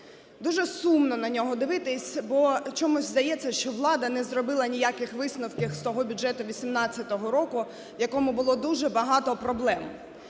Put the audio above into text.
Дуже сумно на нього дивитись, бо чомусь здається, що влада не зробила ніяких висновків з того бюджету 2018 року, в якому було дуже багато проблем.